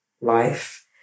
life